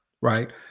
Right